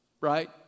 right